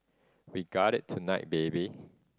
we got it tonight baby